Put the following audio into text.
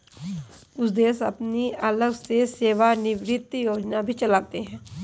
कुछ देश अपनी अलग से सेवानिवृत्त योजना भी चलाते हैं